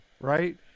right